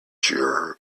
your